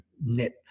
net